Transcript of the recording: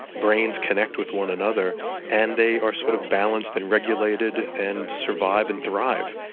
brains connect with one another and they are sort of balanced and regulated and survive and drive,